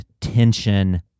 tension